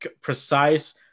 precise